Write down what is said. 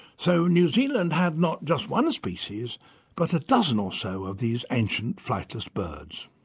so new zealand had not just one species but a dozen or so of these ancient flightless birds.